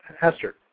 Hester